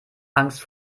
angst